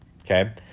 Okay